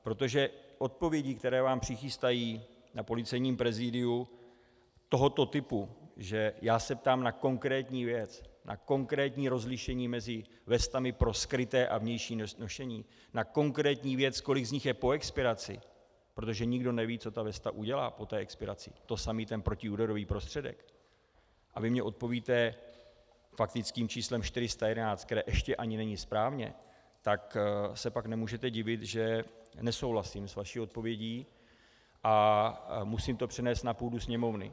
Protože odpovědí, které vám přichystají na Policejním prezidiu, tohoto typu, že já se ptám na konkrétní věc, na konkrétní rozlišení mezi vestami pro skryté a vnější nošení, na konkrétní věc, kolik z nich je po expiraci, protože nikdo neví, co ta vesta po expiraci udělá, to samé ten protiúderový prostředek, a vy mi odpovíte faktickým číslem 411, které ještě ani není správně, tak se pak nemůžete divit, že nesouhlasím s vaší odpovědí a musím to přenést na půdu Sněmovny.